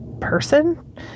person